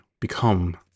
become